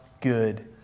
good